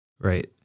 Right